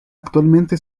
actualmente